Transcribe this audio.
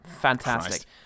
Fantastic